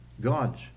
God's